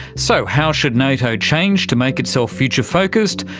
so how should nato change to make itself future-focussed?